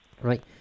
Right